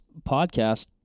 podcast